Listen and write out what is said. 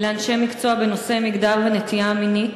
לאנשי מקצוע בנושא מגדר ונטייה מינית,